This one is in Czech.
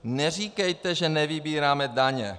Neříkejte, že nevybíráme daně.